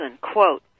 quote